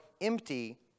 empty